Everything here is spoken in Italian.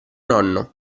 nonno